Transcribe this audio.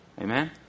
Amen